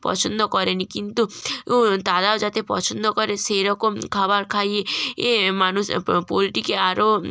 পছন্দ করে নি কিন্তু উ তারাও যাতে পছন্দ করে সেই রকম খাবার খাইয়ে এ মানুষ পোল্ট্রিকে আরো